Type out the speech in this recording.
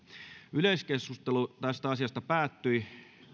yleiskeskustelu tästä asiasta päättyi